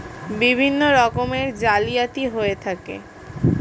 বিভিন্ন রকমের জালিয়াতি হয়ে থাকে